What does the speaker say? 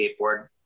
skateboard